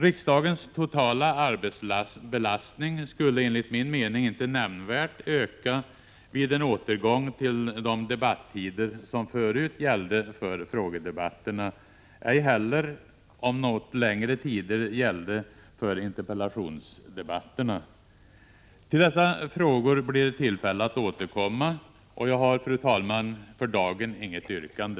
Riksdagens totala arbetsbelastning skulle enligt min mening inte nämnvärt öka vid en återgång till de debattider som förut gällde för frågedebatterna, ej heller om något längre tider gällde för interpellationsdebatterna. Till dessa frågor blir det tillfälle att återkomma, och jag har, fru talman, för dagen inget yrkande.